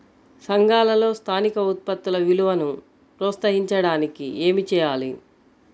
సంఘాలలో స్థానిక ఉత్పత్తుల విలువను ప్రోత్సహించడానికి ఏమి చేయాలి?